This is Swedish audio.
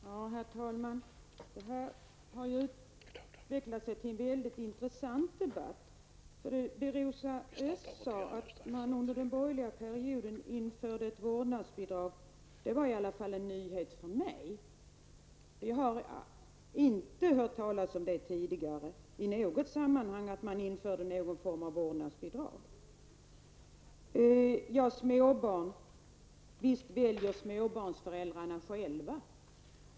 Herr talman! Detta har utvecklats till att bli en mycket intressant debatt. Rosa Östh sade att man under den borgerliga regeringsperioden införde ett vårdnadsbidrag. Men det var i alla fall en nyhet för mig. Jag har tidigare inte i något sammanhang hört talas om att man införde någon form vårdnadsbidrag. Visst väljer småbarnsföräldrarna själva.